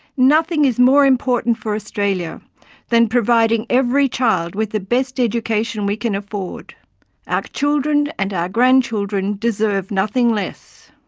nothing is more important for australia than providing every child with the best education we can afford our children and grandchildren deserve nothing less.